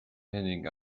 pending